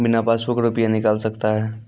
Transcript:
बिना पासबुक का रुपये निकल सकता हैं?